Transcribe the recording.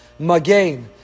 Magain